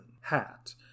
hat